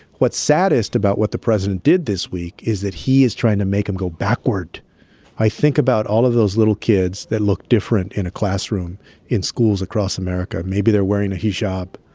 what's saddest about what the president did this week is that he is trying to make them go backward i think about all of those little kids that look different in a classroom in schools across america maybe they're wearing a hijab,